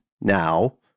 now